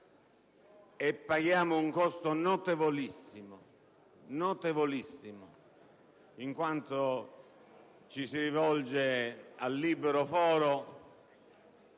e paghiamo un costo notevolissimo, in quanto ci si rivolge al libero Foro.